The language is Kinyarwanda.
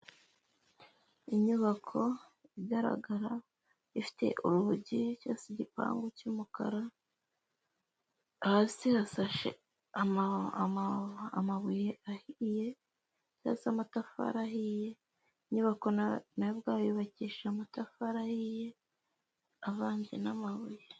Inyubako igaragara ifite urugi cyose igipangu cy'umukara, hasi hasashe amabuye ahiye, cyangwa se amatafari ahiye, inyubako na yo ubwayo yubakishije amatafari ahiye avanje n'amabuye.